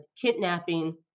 kidnapping